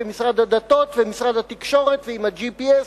ומשרד הדתות ומשרד התקשורת ועם ה-GPS,